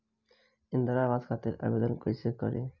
इंद्रा आवास खातिर आवेदन कइसे करि?